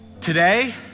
Today